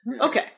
Okay